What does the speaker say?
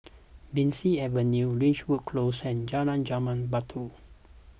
Bee San Avenue Ridgewood Close and Jalan Jambu Batu